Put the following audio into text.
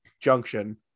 junction